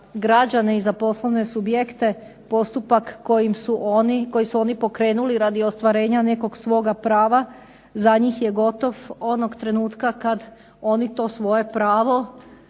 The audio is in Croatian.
građane i za poslovne subjekte postupak koji su oni pokrenuli radi ostvarenja nekog svoga prava za njih je gotov onog trenutka kad oni to svoje pravo